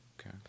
Okay